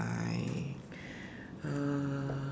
like uh